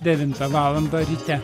devintą valandą ryte